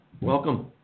Welcome